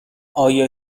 آیا